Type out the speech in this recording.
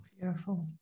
beautiful